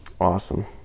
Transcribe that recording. awesome